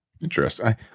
Interesting